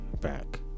back